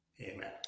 Amen